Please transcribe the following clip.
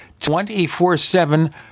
24-7